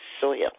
soil